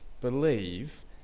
believe